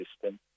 system